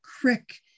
crick